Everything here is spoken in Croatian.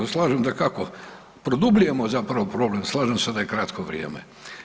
Ja se slažem dakako, produbljujem zapravo probleme, slažem se da je kratko vrijeme.